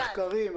מחקרים,